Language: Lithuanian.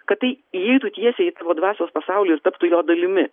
kad tai įeitų tiesiai į tavo dvasios pasaulį ir taptų jo dalimi